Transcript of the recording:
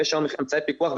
יש אמצעי פיתוח,